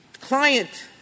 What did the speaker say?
client